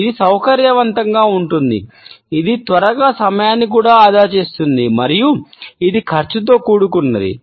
ఇది సౌకర్యవంతంగా ఉంటుంది ఇది త్వరగా సమయాన్ని కూడా ఆదా చేస్తుంది మరియు ఇది ఖర్చుతో కూడుకున్నది